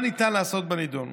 מה ניתן לעשות בנדון?